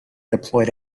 deployed